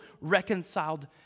reconciled